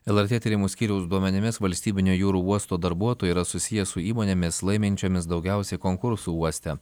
lrt tyrimų skyriaus duomenimis valstybinio jūrų uosto darbuotojai yra susiję su įmonėmis laiminčiomis daugiausiai konkursų uoste